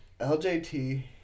LJT